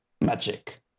magic